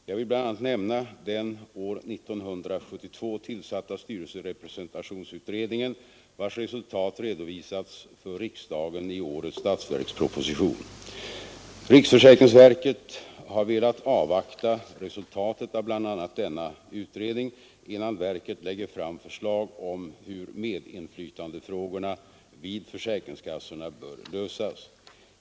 Jag vill bl.a. nämna den år 1972 tillsatta styrelserepresentationsutredningen, vars resultat redovisats för riksdagen i årets statsverksproposition. Riksförsäkringsverket har velat avvakta resultatet av bl.a. denna utredning innan verket lägger fram förslag om hur medinflytandefrågorna vid försäkringskassorna bör lösas.